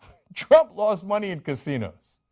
trump lost money in casinos.